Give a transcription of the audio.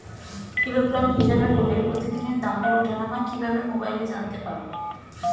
Kilogram হিসাবে হলে প্রতিদিনের দামের ওঠানামা কিভাবে মোবাইলে জানতে পারবো?